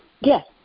Yes